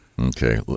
Okay